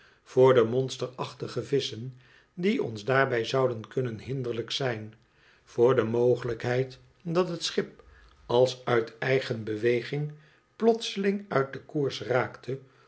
voor de monsterachtige visschen die ons daarbij zouden kannen hinderlijk zijn voor de mogelijkheid dat het schip ais uit eigen beweging plotseling uit den koers raakte